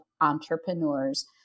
entrepreneurs